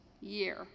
year